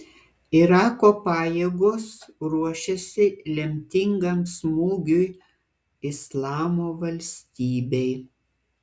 irako pajėgos ruošiasi lemtingam smūgiui islamo valstybei